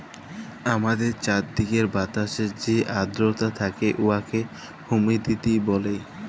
আমাদের চাইরদিকের বাতাসে যে আদ্রতা থ্যাকে উয়াকে হুমিডিটি ব্যলে